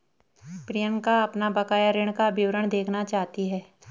प्रियंका अपना बकाया ऋण का विवरण देखना चाहती है